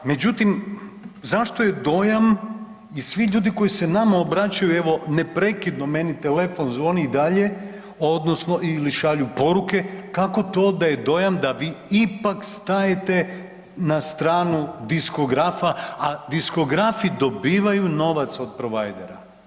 Međutim, zašto je dojam i svi ljudi koji se nama obraćaju, evo neprekidno meni telefon zvoni i dalje odnosno ili šalju poruke, kako to da je dojam da vi ipak stajete na stranu diskografa, a diskografi dobivaju novac od provajdera?